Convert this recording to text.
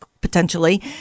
potentially